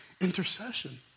intercession